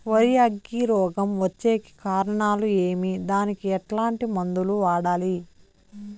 వరి అగ్గి రోగం వచ్చేకి కారణాలు ఏమి దానికి ఎట్లాంటి మందులు వాడాలి?